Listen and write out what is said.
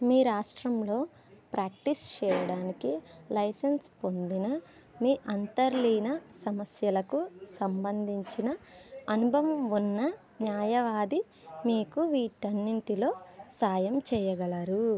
మీ రాష్ట్రంలో ప్రాక్టీస్ చేయడానికి లైసెన్స్ పొందిన మీ అంతర్లీన సమస్యలకు సంబంధించిన అనుభవం ఉన్న న్యాయవాది మీకు వీటన్నింటిలో సాయం చేయగలరు